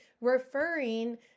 referring